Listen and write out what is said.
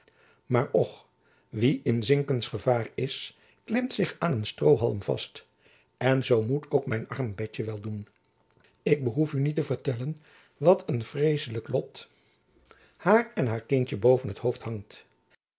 maar och wie in zinkensgevaar is klemt zich aan een stroohalm vast en zoo moet ook mijn arm betjen wel doen ik behoef u niet te vertellen wat een vreesselijk lot haar en haar kindtjen boven t hoofd hangt